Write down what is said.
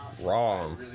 wrong